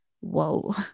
Whoa